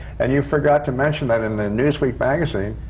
and you forgot to mention that in newsweek magazine,